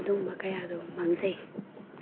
ꯑꯗꯨꯒꯨꯝꯕ ꯀꯌꯥꯗꯣ ꯃꯥꯡꯖꯩ